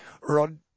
Rod